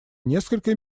несколько